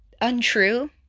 untrue